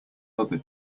other